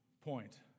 point